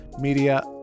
media